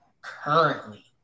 currently